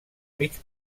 mig